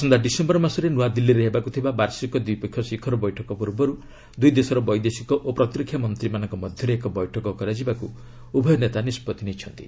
ଆସନ୍ତା ଡିସେମ୍ବର ମାସରେ ନୂଆଦିଲ୍ଲୀରେ ହେବାକୁ ଥିବା ବାର୍ଷିକ ଦ୍ୱିପକ୍ଷିୟ ଶିଖର ବୈଠକ ପୂର୍ବରୁ ଦୁଇ ଦେଶର ବୈଦେଶିକ ଓ ପ୍ରତିରକ୍ଷା ମନ୍ତ୍ରୀମାନଙ୍କ ମଧ୍ୟରେ ଏକ ବୈଠକ କରାଯିବାକୁ ଉଭୟ ନେତା ନିଷ୍ପଭି ନେଇଛନ୍ତି